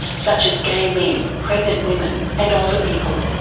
such as gay men, pregnant women and older people.